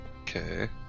Okay